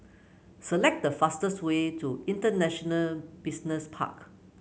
select the fastest way to International Business Park